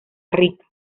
rica